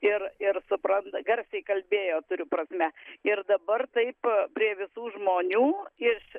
ir ir supranta garsiai kalbėjo turiu prasmi ir dabar taip prie visų žmonių iš